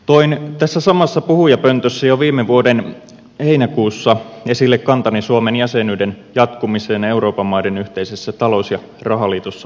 toin tässä samassa puhujapöntössä jo viime vuoden heinäkuussa esille kantani suomen jäsenyyden jatkumiseen euroopan maiden yhteisessä talous ja rahaliitossa emussa